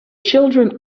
children